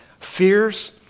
Fears